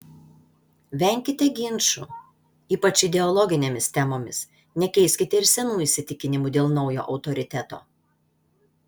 venkite ginčų ypač ideologinėmis temomis nekeiskite ir senų įsitikinimų dėl naujo autoriteto